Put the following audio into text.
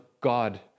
God